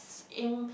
in